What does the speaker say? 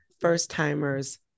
first-timers